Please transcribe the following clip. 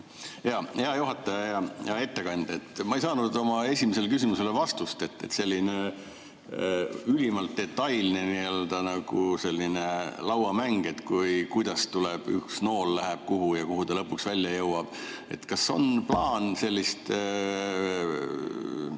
Hea juhataja! Hea ettekandja! Ma ei saanud oma esimesele küsimusele vastust. Selline ülimalt detailne, nagu selline lauamäng, et kuidas tuleb, üks nool läheb kuhu ja kuhu ta lõpuks välja jõuab. Kas on plaan sellist